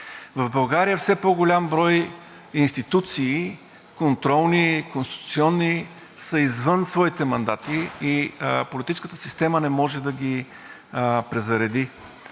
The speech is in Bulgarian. В България все по-голям брой институции – контролни, конституционни, са извън своите мандати и политическата система не може да ги презареди.